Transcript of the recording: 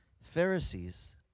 Pharisees